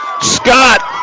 Scott